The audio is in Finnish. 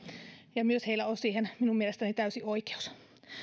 ja myös heillä on siihen minun mielestäni täysi oikeus